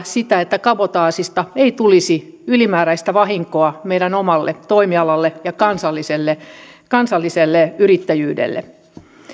sitä että kabotaasista ei tulisi ylimääräistä vahinkoa meidän omalle toimialalle ja kansalliselle kansalliselle yrittäjyydelle